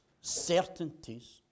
certainties